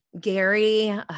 Gary